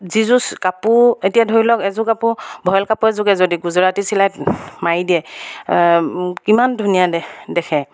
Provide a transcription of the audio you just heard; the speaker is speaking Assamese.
যিযোৰ কাপোৰ এতিয়া ধৰি লওক এযোৰ কাপোৰ ভয়েল কাপোৰ এযোৰকে যদি গুজৰাটী চিলাই মাৰি দিয়ে কিমান ধুনীয়া দেখ দেখে